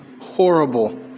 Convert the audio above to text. horrible